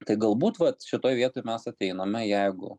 tai galbūt vat šitoj vietoj mes ateiname jeigu